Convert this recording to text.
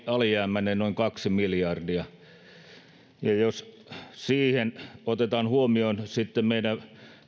alijäämäinen noin kaksi miljardia ja jos siihen otetaan huomioon sitten meidän